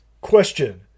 Question